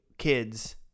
kids